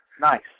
nice